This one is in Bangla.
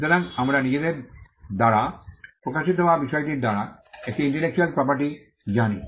সুতরাং আমরা নিজের দ্বারা প্রকাশিত হওয়া বিষয়টির দ্বারা একটি ইন্টেলেকচুয়াল প্রপার্টি জানি